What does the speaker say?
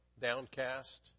downcast